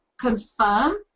confirm